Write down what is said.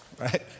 Right